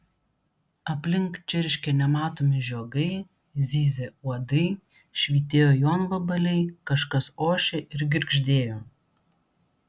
aplink čirškė nematomi žiogai zyzė uodai švytėjo jonvabaliai kažkas ošė ir girgždėjo